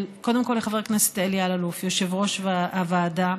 קודם כול לחבר הכנסת אלי אלאלוף, יושב-ראש הוועדה,